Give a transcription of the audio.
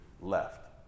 left